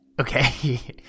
Okay